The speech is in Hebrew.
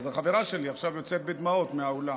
אז החברה שלי עכשיו יוצאת בדמעות מהאולם.